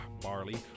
Barley